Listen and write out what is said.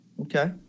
Okay